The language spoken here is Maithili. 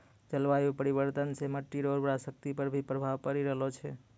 जलवायु परिवर्तन से मट्टी रो उर्वरा शक्ति पर भी प्रभाव पड़ी रहलो छै